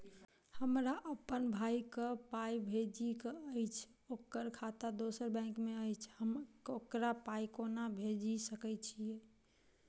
हमरा अप्पन भाई कऽ पाई भेजि कऽ अछि, ओकर खाता दोसर बैंक मे अछि, हम ओकरा पाई कोना भेजि सकय छी?